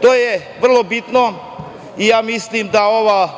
To je vrlo bitno i ja mislim da ova